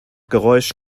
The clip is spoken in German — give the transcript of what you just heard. geräusch